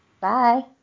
Bye